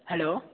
hello